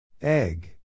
Egg